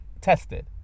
tested